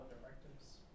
directives